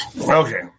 okay